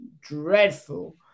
dreadful